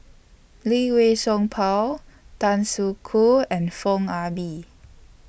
Lee Wei Song Paul Tan Soo Khoon and Foo Ah Bee